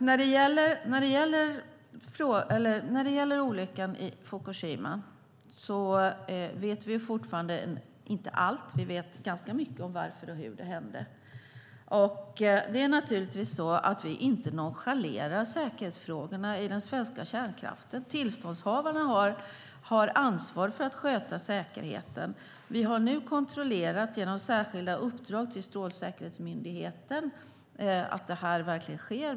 När det gäller olyckan i Fukushima vet vi fortfarande inte allt. Vi vet ganska mycket om varför och hur det hände. Naturligtvis nonchalerar vi inte säkerhetsfrågorna i den svenska kärnkraften. Tillståndshavarna har ansvar för att sköta säkerheten. Vi har genom särskilda uppdrag till Strålsäkerhetsmyndigheten kontrollerat att det verkligen sker.